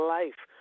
life